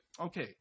Okay